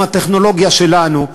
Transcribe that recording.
עם הטכנולוגיה שלנו,